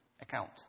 account